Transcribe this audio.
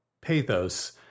pathos